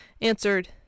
answered